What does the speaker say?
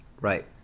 Right